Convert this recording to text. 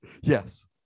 Yes